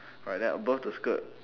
alright then above the skirt